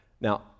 Now